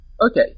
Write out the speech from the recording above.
Okay